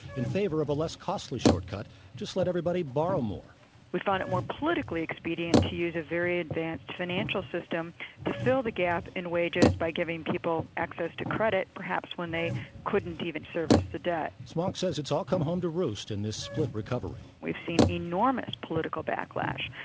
in favor a less costly shortcut just let everybody borrow more we found it more politically expedient to use a very advanced financial system to and fill the gap in wages by giving people access to credit, perhaps when they couldn't even service the debt swonk says it's all come home to roost in this split recovery we've seen enormous political backlash,